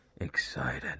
excited